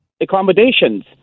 accommodations